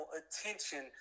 attention